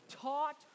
taught